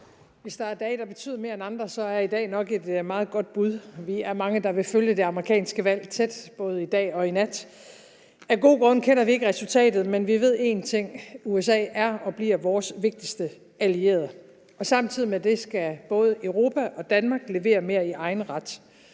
Hvis der er dage, der betyder mere end andre, er i dag nok et meget godt bud. Vi er mange, der vil følge det amerikanske valg tæt både i dag og i nat. Af gode grunde kender vi ikke resultatet, men vi ved én ting: USA er og bliver vores vigtigste allierede. Samtidig med det skal både Europa og Danmark levere mere i egen ret.